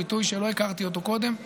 ביטוי שלא הכרתי אותו קודם.